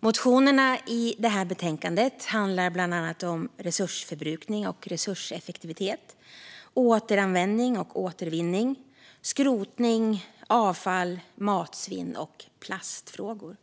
Motionerna i detta betänkande handlar bland annat om resursförbrukning och resurseffektivitet, återanvändning och återvinning, skrotning, avfall, matsvinn och plastfrågor.